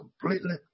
completely